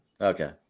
Okay